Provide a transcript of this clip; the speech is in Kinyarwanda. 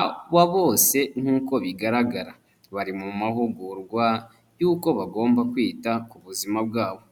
aba bose nkuko bigaragara bari mu mahugurwa yuko bagomba kwita ku buzima bwabo.